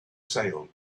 sale